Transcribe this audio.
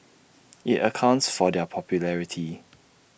IT accounts for their popularity